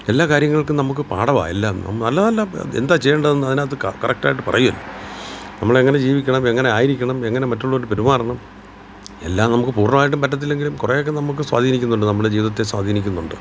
എല്ലാ കാര്യങ്ങൾക്കും നമുക്ക് പാഠമാണ് എല്ലാം നല്ല നല്ല എന്താ ചെയ്യേണ്ടതെന്ന് അതിനകത്ത് ക കറക്റ്റായിട്ടു പറയും നമ്മൾ എങ്ങനെ ജീവിക്കണം എങ്ങനെ ആയിരിക്കണം എങ്ങനെ മറ്റുള്ളവരോടു പെരുമാറണം എല്ലാം നമുക്ക് പൂർണ്ണമായിട്ടും പറ്റത്തില്ലെങ്കിലും കുറേയൊക്കെ നമുക്ക് സ്വാധീനിക്കുന്നുണ്ട് നമമുടെ ജീവിതത്തെ സ്വാധീനിക്കുന്നുണ്ട്